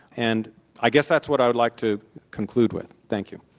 and i guess that's what i would like to conclude with. thank you.